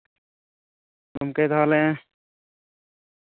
ᱜᱚᱝᱠᱮ ᱛᱟᱦᱚᱞᱮ